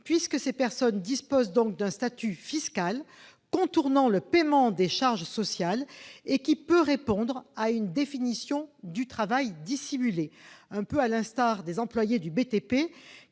salarié. Ces personnes disposent en effet d'un statut fiscal contournant le paiement des charges sociales et qui peut répondre à une définition du travail dissimulé, un peu à l'instar des employés du BTP